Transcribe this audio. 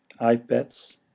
iPads